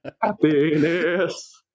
happiness